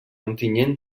ontinyent